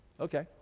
okay